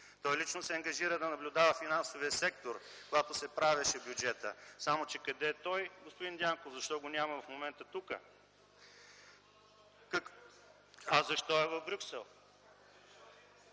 Той лично се ангажира да наблюдава финансовия сектор, когато се правеше бюджетът. Само че къде е той, господин Дянков? Защо го няма в момента тук? ЗАМЕСТНИК